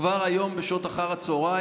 כבר היום בשעות אחר-הצוהריים,